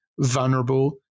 vulnerable